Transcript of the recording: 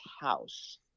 house